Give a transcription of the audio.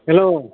hello